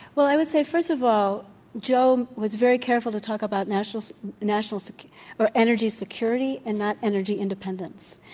well, i would say first of all joe was very careful to talk about national national so or energy security and not energy independence,